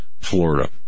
Florida